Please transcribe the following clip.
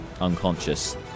Unconscious